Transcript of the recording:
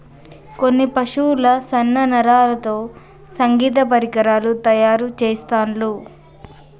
కొన్ని పశువుల సన్న నరాలతో సంగీత పరికరాలు తయారు చెస్తాండ్లు